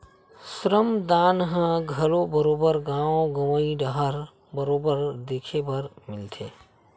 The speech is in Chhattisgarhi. श्रम दान ह घलो बरोबर गाँव गंवई डाहर बरोबर देखे बर मिलथे